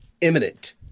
imminent